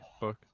book